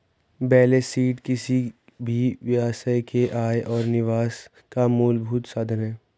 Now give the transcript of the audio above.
balance sheet किसी भी व्यवसाय के आय और निकास का मूलभूत साधन है